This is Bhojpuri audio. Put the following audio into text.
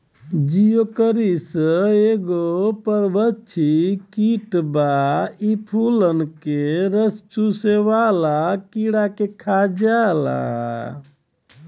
जिओकरिस एगो परभक्षी कीट बा इ फूलन के रस चुसेवाला कीड़ा के खा जाला